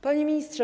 Panie Ministrze!